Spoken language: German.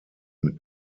mit